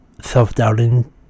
self-doubting